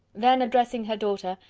then addressing her daughter,